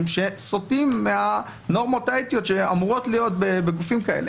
שסוטים מהנורמות האתיות שאמורות להיות בגופים כאלה.